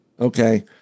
okay